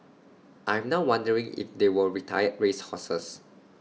I'm now wondering if they were retired race horses